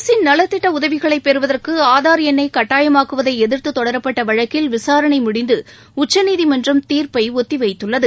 அரசின் நலத்திட்ட உதவிகளைப் பெறுவதற்கு ஆதார் எண்ணை கட்டாயமாக்குவதை எதிர்த்து தொடரப்பட்ட வழக்கில் விசாரணை முடிந்து உச்சநீதிமன்றம் தீர்ப்பை ஒத்திவைத்துள்ளது